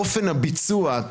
אופן הביצוע,